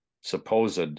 supposed